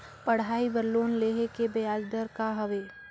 पढ़ाई बर लोन लेहे के ब्याज दर का हवे?